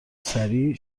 سریع